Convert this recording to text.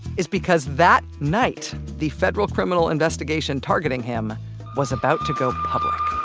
is because that night, the federal criminal investigation targeting him was about to go public